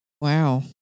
Wow